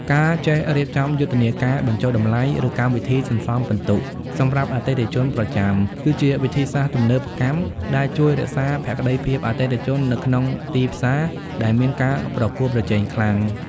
ការចេះរៀបចំយុទ្ធនាការបញ្ចុះតម្លៃ ឬកម្មវិធីសន្សំពិន្ទុសម្រាប់អតិថិជនប្រចាំ គឺជាវិធីសាស្ត្រទំនើបកម្មដែលជួយរក្សាភក្តីភាពអតិថិជននៅក្នុងទីផ្សារដែលមានការប្រកួតប្រជែងខ្លាំង។